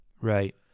Right